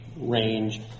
Range